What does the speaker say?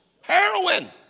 Heroin